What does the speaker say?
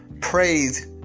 praise